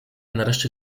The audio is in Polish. nareszcie